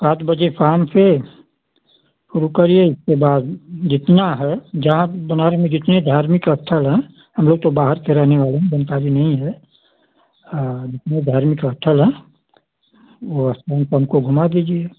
सात बजे शाम से शुरू करिए इसके बाद जितना है जहाँ बनारस में जितने धार्मिक स्थल हैं हम लोग तो बाहर के रहने वाले हैं बनता भी नहीं है हाँ जितने धार्मिक का स्थल हैं वह स्थल पर हमको घूमा दीजिए